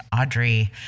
Audrey